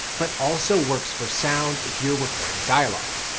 but also works for sound if you're recording dialogue.